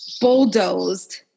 bulldozed